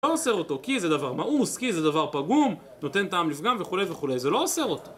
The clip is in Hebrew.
זה לא עושה אותו, כי זה דבר מאוס, כי זה דבר פגום, נותן טעם לפגם וכו' וכו', זה לא עושה אותו.